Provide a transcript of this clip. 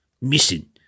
missing